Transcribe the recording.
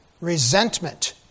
resentment